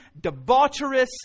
debaucherous